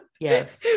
yes